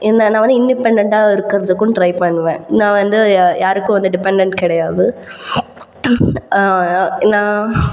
என்னை நான் வந்து இண்டிபெண்டண்ட்டாக இருக்கிறதுக்கும் ட்ரை பண்ணுவேன் நான் வந்து யாருக்கும் வந்து டிபெண்டெண்ட் கிடையாது நான்